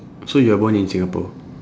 so you are born in singapore